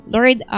Lord